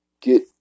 get